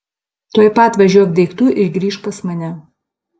tuoj pat važiuok daiktų ir grįžk pas mane